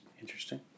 Interesting